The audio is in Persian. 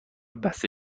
بسته